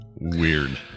Weird